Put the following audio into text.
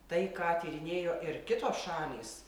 tai ką tyrinėjo ir kitos šalys